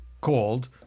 called